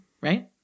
Right